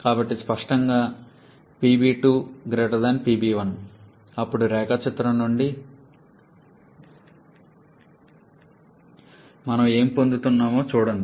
కాబట్టి స్పష్టంగా మీ అప్పుడు రేఖాచిత్రం నుండి మనం ఏమి పొందుతున్నామో చూడండి